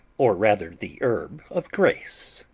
or, rather, the herb of grace.